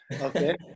okay